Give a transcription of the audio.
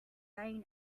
vein